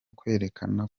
kwerekana